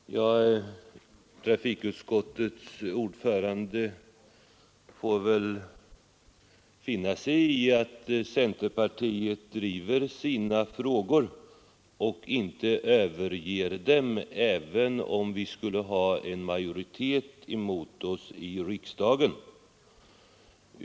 Herr talman! Trafikutskottets ordförande får väl finna sig i att centerpartiet driver sina frågor och inte överger dem även om vi skulle ha en majoritet i riksdagen emot oss.